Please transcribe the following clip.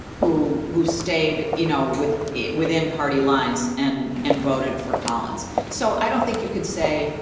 who? who stayed? you know, with it within party lines and and voted for collins. so i don't think you could say,